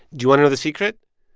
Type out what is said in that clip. you want to know the secret?